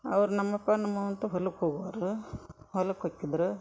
ಅವ್ರು ನಮ್ಮ ಅಪ್ಪ ನಮ್ಮ ಅವ ಅಂತು ಹೊಲಕ್ಕೆ ಹೋಗೋರ ಹೊಲಕ್ಕೆ ಹೋಕಿದ್ರೆ